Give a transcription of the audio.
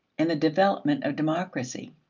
and the development of democracy.